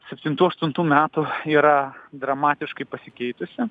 septintų aštuntų metų yra dramatiškai pasikeitusi